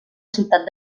ciutat